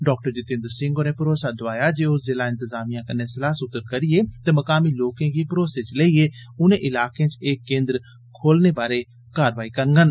डॉ जितेन्द्र सिंह होरें भरोसा दोआया जे ओह् ज़िला इंतजामिया कन्ने सलाह सूत्र करिए ते मकामी लोकें गी भरोसे च लेईयें उनें इलाकें च एह केंद्र खोलने बारै कारवाई करङन